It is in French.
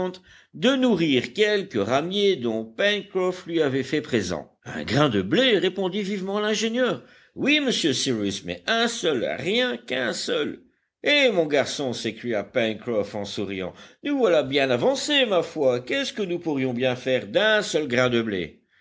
de nourrir quelques ramiers dont pencroff lui avait fait présent un grain de blé répondit vivement l'ingénieur oui monsieur cyrus mais un seul rien qu'un seul eh mon garçon s'écria pencroff en souriant nous voilà bien avancés ma foi qu'est-ce que nous pourrions bien faire d'un seul grain de blé